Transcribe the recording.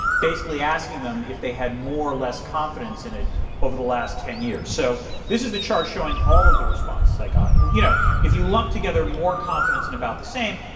basically asking them if they had more or less confidence in it over the last ten years. so this is the chart showing all of the responses i got. and you know if you lump together more confidence and about the same,